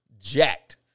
jacked